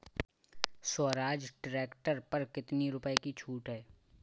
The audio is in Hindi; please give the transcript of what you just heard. स्वराज ट्रैक्टर पर कितनी रुपये की छूट है?